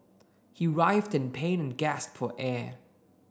he writhed in pain and gasped for air